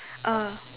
uh